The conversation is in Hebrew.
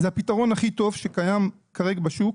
זה הפתרון הכי טוב שקיים כרגע בשוק,